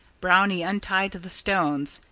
brownie untied the stones.